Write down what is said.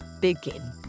begin